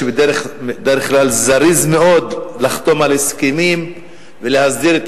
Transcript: שבדרך כלל זריז מאוד לחתום על הסכמים ולהסדיר את